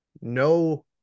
no